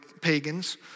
pagans